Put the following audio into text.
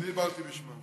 אני דיברתי בשמה.